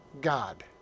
God